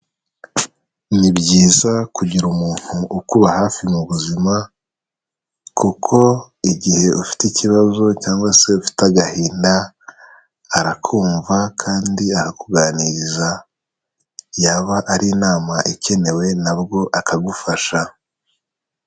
Ni byiza kugira umuntu ukuba hafi mu buzima, kuko igihe ufite ikibazo cyangwa se ufite agahinda arakumva kandi akakuganiriza. Yaba ari inama ikenewe, na bwo akagufasha.